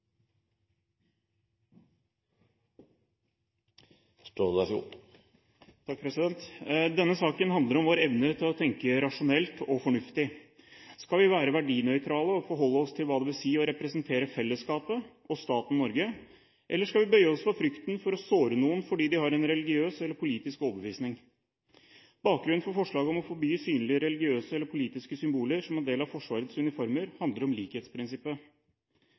Denne saken handler om vår evne til å tenke rasjonelt og fornuftig. Skal vi være verdinøytrale og forholde oss til hva det vil si å representere fellesskapet og staten Norge, eller skal vi bøye oss for frykten for å såre noen fordi de har en religiøs eller politisk overbevisning? Bakgrunnen for forslaget om å forby synlig religiøse eller politiske symboler som en del av Forsvarets uniformer, handler om likhetsprinsippet.